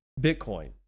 Bitcoin